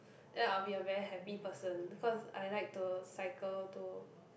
then I'll be a very happy person cause I like to cycle to